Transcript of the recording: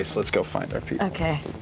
let's let's go find our people.